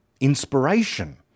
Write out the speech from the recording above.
Inspiration